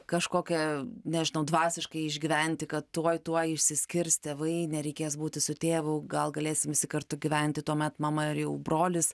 kažkokią nežinau dvasiškai išgyventi kad tuoj tuoj išsiskirs tėvai nereikės būti su tėvu gal galėsim visi kartu gyventi tuomet mama ir jau brolis